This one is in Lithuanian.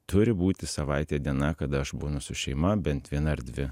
turi būti savaitėje diena kada aš būnu su šeima bent viena ar dvi